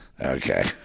Okay